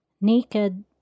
Naked